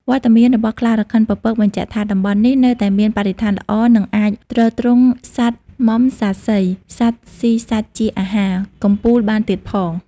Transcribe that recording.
វត្តមានរបស់ខ្លារខិនពពកបញ្ជាក់ថា តំបន់នេះនៅតែមានបរិស្ថានល្អ និងអាចទ្រទ្រង់សត្វមំសាសី (សត្វស៊ីសាច់ជាអាហារ) កំពូលបានទៀតផង។